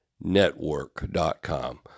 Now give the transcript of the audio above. network.com